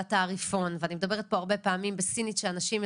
התעריפון ואני מדברת פה הרבה פעמים בסינית שאנשים,